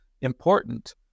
important